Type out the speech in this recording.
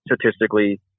statistically